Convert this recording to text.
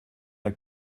l’a